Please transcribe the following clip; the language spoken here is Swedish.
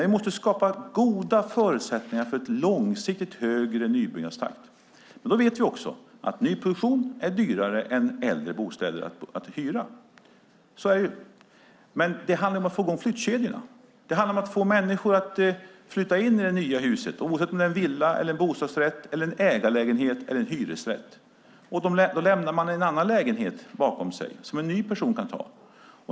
Vi måste skapa goda förutsättningar för en långsiktigt högre nybyggnadstakt. Vi vet att nyproduktion är dyrare att hyra än äldre bostäder. Det handlar dock om att få i gång flyttkedjan. Får vi människor att flytta in i nya hus, oavsett om det är en villa, en bostadsrätt, en ägarlägenhet eller en hyresrätt, lämnar de en annan lägenhet efter sig som en ny person kan ta.